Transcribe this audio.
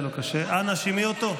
אנא, שמעי אותו.